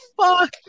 fuck